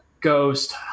ghost